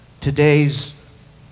Today's